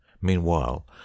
meanwhile